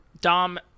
Dom